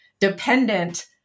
dependent